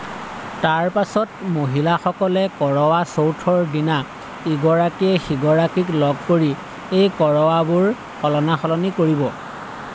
তাৰ পাছত মহিলাসকলে কৰৱা চৌথৰ দিনা ইগৰাকীয়ে সিগৰাকীক লগ কৰি এই কৰৱাবোৰ সলনা সলনি কৰিব